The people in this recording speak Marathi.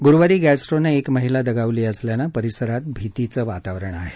गुरुवारी गॅस्ट्रोनं एक महिला दगावली असल्यानं परिसरात भितीचं वातावरण आहे